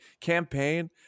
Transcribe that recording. campaign